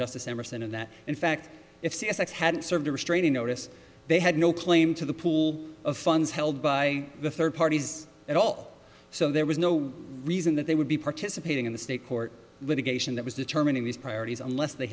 justice emerson and that in fact if the ex had served a restraining order they had no claim to the pool of funds held by the third parties at all so there was no reason that they would be participating in the state court litigation that was determining these priorities unless they